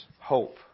hope